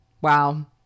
Wow